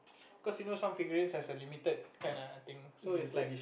cause you know some figurines has some limited kind of thing so it is like